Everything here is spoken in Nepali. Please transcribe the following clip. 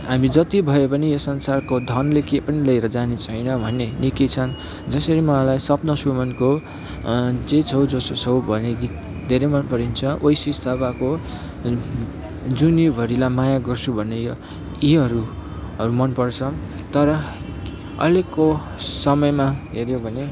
हामी जति भएपनि यो संसारको धनले केही पनि लिएर जाने छैन भन्ने निकै छन जसरी मलाई स्वप्न सुमनको जे छौ जसो छौ भन्ने गीत धेरै मन परिन्छ ओएसिस थापाको जुनि भरिलाई माया गर्छु भन्ने यो यीहरू मन पर्छ तर अहिलेको समयमा हेऱ्यो भने